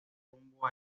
rumbo